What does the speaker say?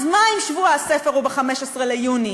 אז מה אם שבוע הספר הוא ב-15 ביוני?